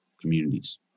communities